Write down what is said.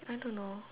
I don't know